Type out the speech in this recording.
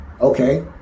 okay